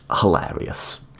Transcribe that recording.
hilarious